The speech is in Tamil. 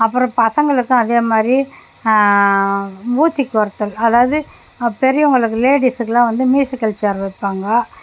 அப்புறம் பசங்களுக்கும் அதே மாதிரி ம்யூசிக்கல் தேர் அதாவது பெரியவங்களுக்கு லேடிஸுக்குலாம் வந்து ம்யூசிக்கல் ஷேர் வைப்பாங்கோ